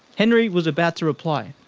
henry was about to reply,